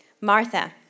Martha